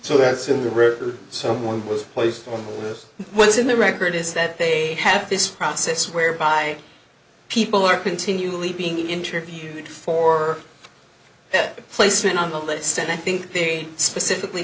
so that's in the room someone was placed on what is in the record is that they have this process whereby people are continually being interviewed for that placement on the list and i think they specifically